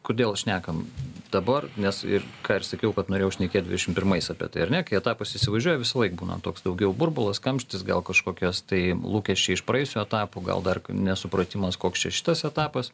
kodėl šnekam dabar nes ir ką ir sakiau kad norėjau šnekėt dvidešimt pirmais apie tai ar ne kai etapas įsivažiuoja visąlaik būna toks daugiau burbulas kamštis gal kažkokios tai lūkesčiai iš praėjusių etapų gal dar nesupratimas koks čia šitas etapas